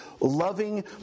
loving